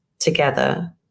together